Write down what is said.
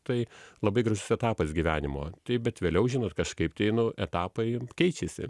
tai labai gražus etapas gyvenimo taip bet vėliau žinot kažkaip tai nu etapai keičiasi